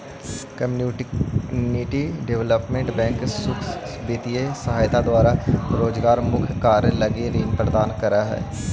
community development bank सुख वित्तीय सहायता द्वारा रोजगारोन्मुख कार्य लगी ऋण प्रदान करऽ हइ